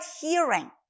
hearing